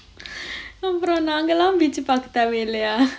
அப்புறம் நாங்கல்லாம்:appuram naangalaam beach ah பார்க்க தேவை இல்லையா:paarkka thevai illaiyaa